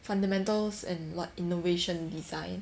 fundamentals and what innovation design